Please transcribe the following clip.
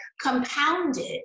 compounded